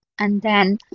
and then